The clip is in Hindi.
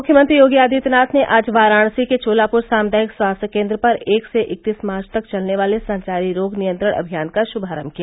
मुख्यमंत्री योगी आदित्यनाथ ने आज वाराणसी के चोलापुर सामुदायिक स्वास्थ्य केन्द्र पर एक से इकतीस मार्च तक चलने वाले संचारी रोग नियंत्रण अभियान का श्भारम्भ किया